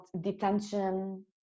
detention